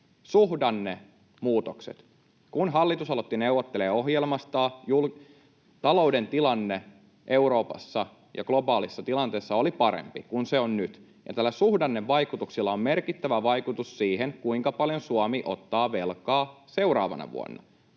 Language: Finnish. suhdannemuutokset. Kun hallitus aloitti neuvottelemaan ohjelmastaan, talouden tilanne Euroopassa ja globaalissa tilanteessa oli parempi kuin se on nyt. Näillä suhdannevaikutuksilla on merkittävä vaikutus siihen, kuinka paljon Suomi ottaa velkaa seuraavana vuonna.